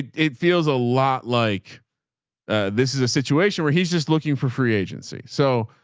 it, it feels a lot like this is a situation where he's just looking for free agency. so